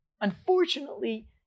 unfortunately